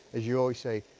as you always say,